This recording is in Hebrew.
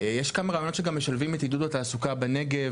יש כמה רעיונות שגם משלבים את עידוד התעסוקה בנגב,